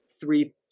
three